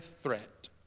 threat